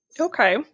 Okay